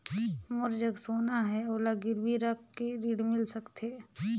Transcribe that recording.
मोर जग सोना है ओला गिरवी रख के ऋण मिल सकथे?